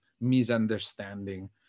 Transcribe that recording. misunderstanding